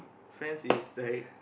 friends is like